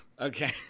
Okay